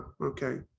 okay